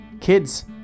kids